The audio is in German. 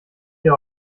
dir